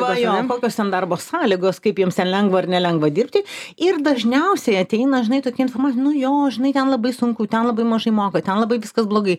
jūs įsivaizduojat kokios ten darbo sąlygos kaip jiems ten lengva ar nelengva dirbti ir dažniausiai ateina žinai tokia informacija nu jo žinai ten labai sunku ten labai mažai moka ten labai viskas blogai